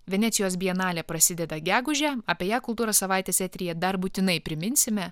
venecijos bienalė prasideda gegužę apie ją kultūros savaitės eteryje dar būtinai priminsime